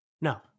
No